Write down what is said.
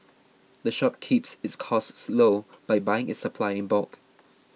the shop keeps its costs low by buying its supplies in bulk